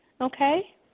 okay